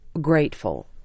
grateful